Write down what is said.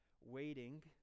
waiting